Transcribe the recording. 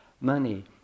money